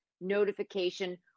notification